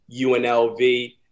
UNLV